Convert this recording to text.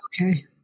Okay